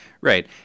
Right